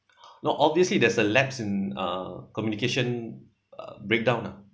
no obviously there's a lapse in uh communication uh breakdown lah